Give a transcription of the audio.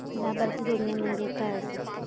लाभार्थी जोडणे म्हणजे काय आसा?